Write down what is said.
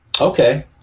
Okay